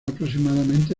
aproximadamente